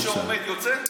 כל מי שעומד יוצא?